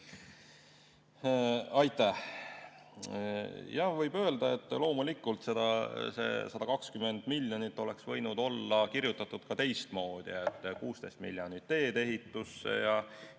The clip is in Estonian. Aitäh! Jah, võib öelda, et loomulikult oleks see 120 miljonit võinud olla kirjutatud ka teistmoodi, et 16 miljonit teedeehitusse,